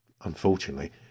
unfortunately